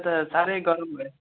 यता साह्रै गरम भयो